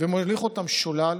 ומוליך אותם שולל